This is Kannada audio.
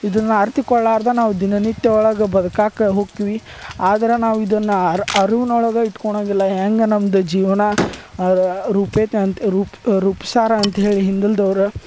ಇದನ್ನು ಅರ್ತುಕೊಳ್ಲಾರದ ನಾವು ದಿನನಿತ್ಯ ಒಳಗೆ ಬದ್ಕಕ್ಕೆ ಹೊಕ್ಕೀವಿ ಆದ್ರೆ ನಾವು ಇದನ್ನು ಅರ್ ಅರಿವಿನೊಳಗ ಇಟ್ಕೊಳ್ಳೋಂಗಿಲ್ಲ ಹ್ಯಾಂಗೆ ನಮ್ದು ಜೀವನ ರೂಪೈತೆ ಅಂತ ರೂಪ ರೂಪ್ಸಾರ ಅಂತ್ಹೇಳಿ ಹಿಂದಿಲ್ದವ್ರು